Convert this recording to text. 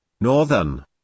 northern